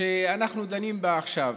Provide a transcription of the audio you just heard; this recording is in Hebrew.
שאנחנו דנים בה עכשיו?